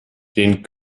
den